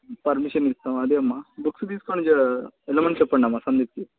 permission ఇస్తాం అదే అమ్మ బుక్స్ తీసుకుని జర వెళ్ళమని చెప్పండి అమ్మ సందీప్కి